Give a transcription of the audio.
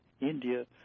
India